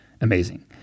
Amazing